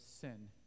sin